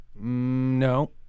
No